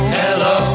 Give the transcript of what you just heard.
hello